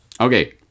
Okay